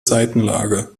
seitenlage